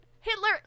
Hitler